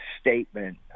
statement